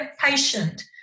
patient